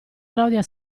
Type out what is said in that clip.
claudia